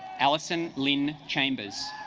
alison lynne chambers